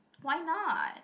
why not